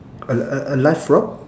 a a a live frog